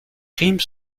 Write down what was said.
rimes